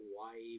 Hawaii